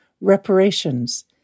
reparations